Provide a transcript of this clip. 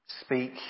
speak